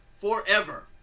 forever